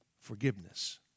forgiveness